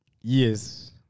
Yes